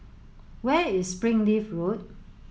where is Springleaf Road